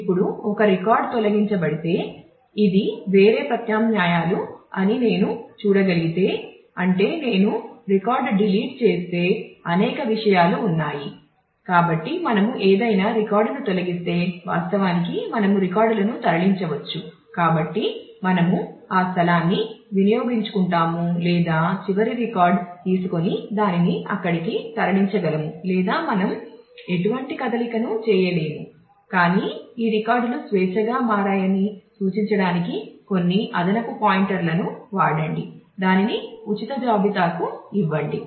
ఇప్పుడు ఒక రికార్డ్ను వాడండి దానిని ఉచిత జాబితాకు ఇవ్వండి